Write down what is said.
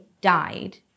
died